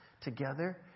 together